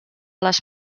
les